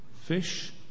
fish